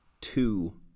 two